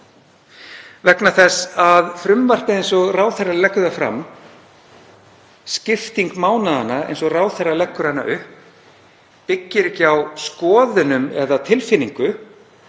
einu sinni. Frumvarpið, eins og ráðherra leggur það fram, skiptingu mánaðanna eins og ráðherra leggur hana upp, byggir ekki á skoðunum eða tilfinningu